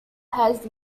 has